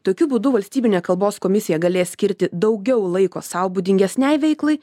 tokiu būdu valstybinė kalbos komisija galės skirti daugiau laiko sau būdingesnei veiklai